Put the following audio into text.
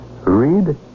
Read